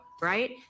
right